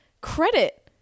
credit